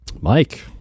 Mike